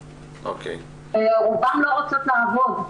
רובן לא רוצות לעבוד.